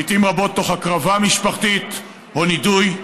לעיתים רבות תוך הקרבה משפחתית או נידוי.